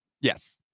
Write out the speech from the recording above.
Yes